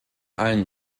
allen